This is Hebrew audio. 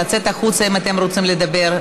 לצאת החוצה אם אתם רוצים לדבר.